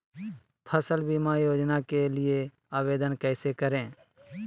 फसल बीमा योजना के लिए आवेदन कैसे करें?